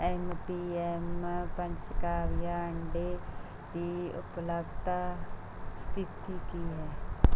M P M ਪੰਚਕਾਵਿਆ ਅੰਡੇ ਦੀ ਉਪਲਬਧਤਾ ਸਥਿਤੀ ਕੀ ਹੈ